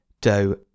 Doe